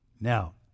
Now